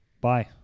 Bye